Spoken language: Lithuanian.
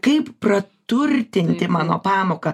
kaip praturtinti mano pamoką